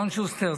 אלון שוסטר,